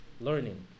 learning